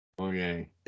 Okay